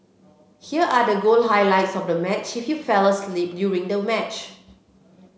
here are the goal highlights of the match if you fell asleep during the match